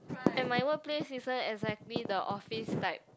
and my workplace isn't exactly the office type